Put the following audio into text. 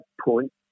point